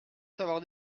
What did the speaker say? savoir